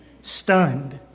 stunned